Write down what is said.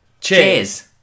Cheers